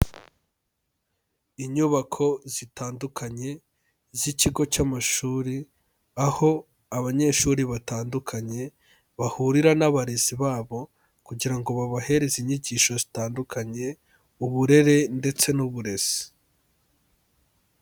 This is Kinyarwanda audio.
Inyubako zitandukanye z'ikigo cy'amashuri, aho abanyeshuri batandukanye bahurira n'abarezi babo kugira ngo babahereze inyigisho zitandukanye, uburere ndetse n'uburezi.